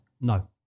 No